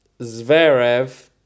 Zverev